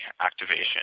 activation